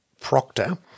Proctor